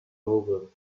over